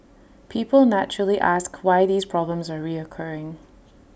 people naturally ask why these problems are reoccurring